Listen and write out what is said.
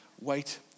Wait